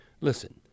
listen